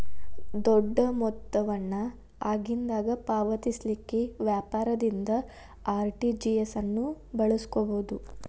ದೊಡ್ಡ ಮೊತ್ತ ವನ್ನ ಆಗಿಂದಾಗ ಪಾವತಿಸಲಿಕ್ಕೆ ವ್ಯಾಪಾರದಿಂದ ಆರ್.ಟಿ.ಜಿ.ಎಸ್ ಅನ್ನು ಬಳಸ್ಕೊಬೊದು